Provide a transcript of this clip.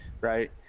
right